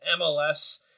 MLS